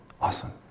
Awesome